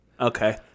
okay